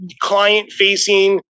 client-facing